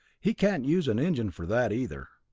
he can't use an engine for that either.